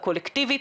הקולקטיבית,